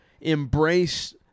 embrace